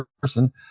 person